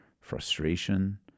frustration